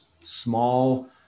small